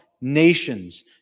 nations